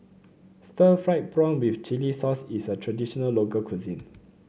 Stir Fried Prawn with Chili Sauce is a traditional local cuisine